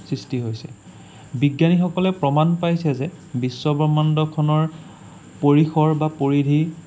সৃষ্টি হৈছে বিজ্ঞানীসকলে প্ৰমাণ পাইছে যে বিশ্ব ব্ৰহ্মাণ্ডখনৰ পৰিসৰ বা পৰিধি